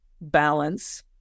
balance